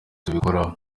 tubikoraho